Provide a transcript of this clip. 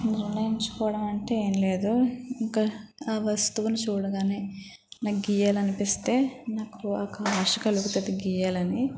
నిర్ణయించుకోవడం అంటూ ఏం లేదు ఇంకా ఆ వస్తువును చూడగానే నాకు గీయాలి అనిపిస్తే నాకు ఒక ఆశ కలుగుతుంది గీయాలని